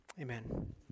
Amen